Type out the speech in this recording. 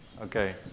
Okay